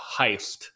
heist